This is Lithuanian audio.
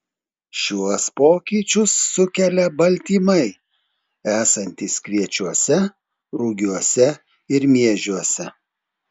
šiuos pokyčius sukelia baltymai esantys kviečiuose rugiuose ir miežiuose